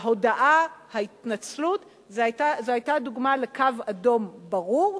ההודעה, ההתנצלות, זו היתה דוגמה לקו אדום ברור.